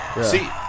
See